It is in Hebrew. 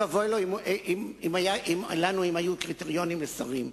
ואוי ואבוי לנו אם היו קריטריונים לשרים.